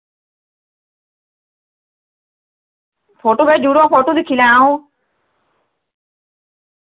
photo भेजुड़ो photo दिक्खी लैङ अऊं